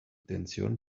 tensión